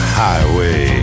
highway